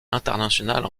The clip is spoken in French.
internationale